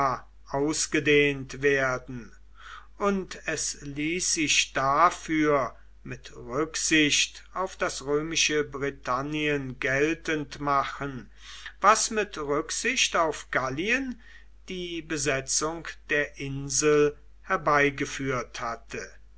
ausgedehnt werden und es ließ sich dafür mit rücksicht auf das römische britannien geltend machen was mit rücksicht auf gallien die besetzung der insel herbeigeführt hatte